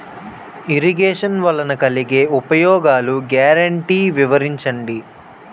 Irrigation వలన కలిగే ఉపయోగాలు గ్యారంటీ వివరించండి?